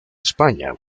españa